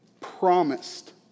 promised